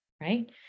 right